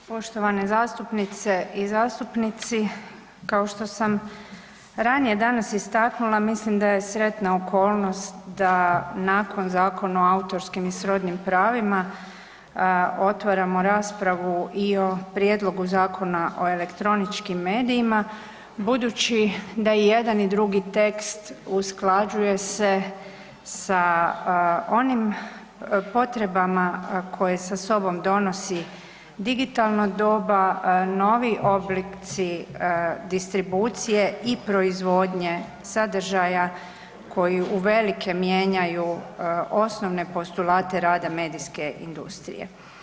Poštovani zastupnice i zastupnici, kao što sam ranije danas istaknula, mislim da je sretna okolnost da nakon Zakona o autorskim i srodnim pravima otvaramo raspravu i o prijedlogu Zakona o elektroničkim medijima, budući da i jedan i drugi tekst usklađuje se sa onim potrebama koje sa sobom donosi digitalno doba, novi oblici distribucije i proizvodnje sadržaja koji uvelike mijenjaju osnovne postulata rada medijske industrije.